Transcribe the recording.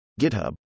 GitHub